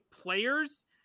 players